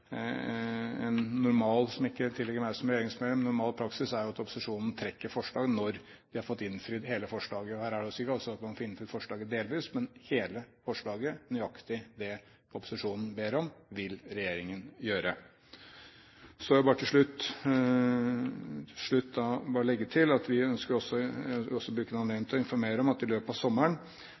som normalt ikke tilligger meg som regjeringsmedlem å gjøre. Normal praksis er jo at opposisjonen trekker et forslag når de har fått innfridd hele forslaget. Her er det ikke slik at man delvis får innfridd forslaget, men hele forslaget – nøyaktig det opposisjonen ber om, vil regjeringen gjøre. Til slutt vil jeg bare legge til at vi ønsker å bruke denne anledningen til å informere om at Utenriksdepartementet i løpet av sommeren